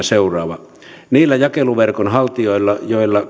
seuraava niillä jakeluverkon haltijoilla joilla